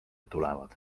tulevad